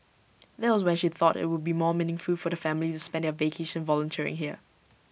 that was when she thought IT would be more meaningful for the family spend their vacation volunteering there